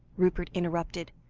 rupert interrupted,